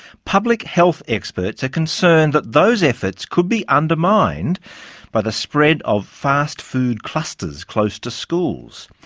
public health experts are concerned that those efforts could be undermined by the spread of fast food clusters close to schools.